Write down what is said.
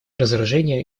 разоружению